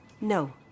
No